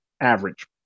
average